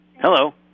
Hello